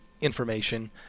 information